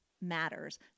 matters